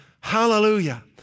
Hallelujah